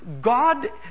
God